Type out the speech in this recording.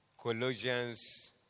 Colossians